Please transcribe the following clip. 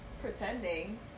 Pretending